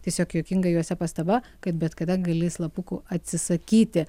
tiesiog juokinga juose pastaba kad bet kada gali slapukų atsisakyti